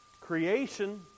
Creation